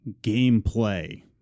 gameplay